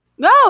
No